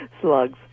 Slugs